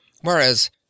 Whereas